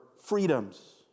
freedoms